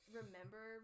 remember